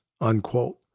unquote